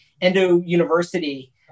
endo-university